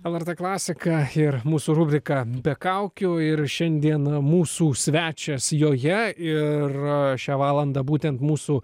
lrt klasika ir mūsų rubrika be kaukių ir šiandieną mūsų svečias joje ir šią valandą būtent mūsų